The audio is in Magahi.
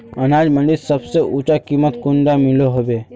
अनाज मंडीत सबसे ऊँचा कीमत कुंडा मिलोहो होबे?